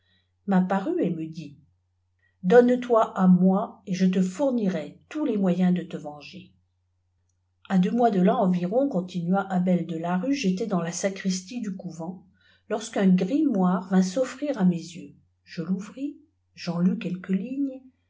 etbarbuy m'apparut et me dit donne toi à moi et je te fournirai tous les moyens de te venger is a a deux mois delà environ cobjtijaifadjlaf h dans la sacristie du couvent lorsqu'un grimoire vînt s offrir à mes jeux je touvris j'en lus quelques lignes